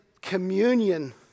communion